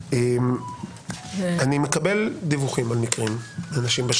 אני מקבל דיווחים על מקרים מאנשים.